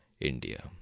India